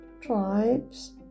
tribes